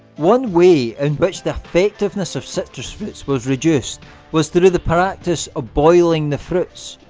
one way in which the effectiveness of citrus fruits was reduced was through the practice of boiling the fruits,